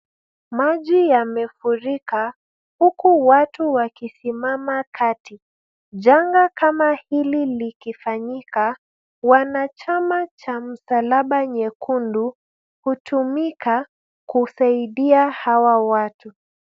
Maji yamefurika, huku watu wakisimama kati. Janga kama hili likifanyika, wanachama cha Msalaba Nyekundu hutumika kusaidia hawa watu.